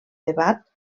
debat